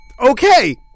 Okay